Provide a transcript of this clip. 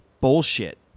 bullshit